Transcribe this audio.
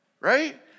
Right